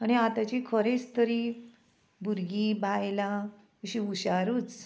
आनी आतांची खरेंच स्त्री भुरगीं बायलां अशीं हुशारूच